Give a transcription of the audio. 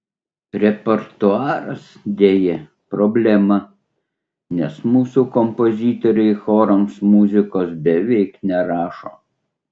repertuaras deja problema nes mūsų kompozitoriai chorams muzikos beveik nerašo